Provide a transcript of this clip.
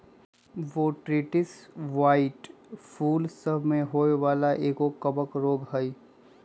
Botrytis blight फूल सभ के होय वला एगो कवक रोग हइ